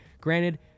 granted